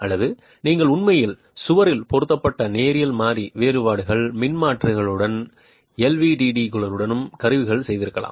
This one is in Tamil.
அல்லது நீங்கள் உண்மையில் சுவரில் பொருத்தப்பட்ட நேரியல் மாறி வேறுபாடு மின்மாற்றிகளுடனும் எல்விடிடிகளுடனும் கருவி செய்திருக்கலாம்